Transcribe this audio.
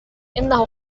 إنه